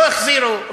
לא החזירו,